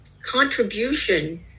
contribution